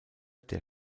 der